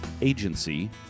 agency